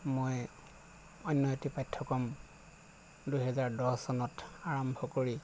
মই অন্য এটি পাঠ্যক্ৰম দুহেজাৰ দহ চনত আৰম্ভ কৰি